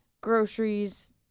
groceries